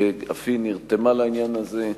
שאף היא נרתמה לעניין הזה,